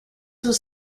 was